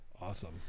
Awesome